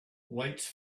lights